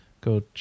go